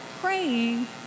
praying